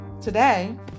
today